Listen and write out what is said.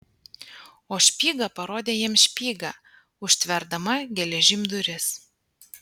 o špyga parodė jam špygą užtverdama geležim duris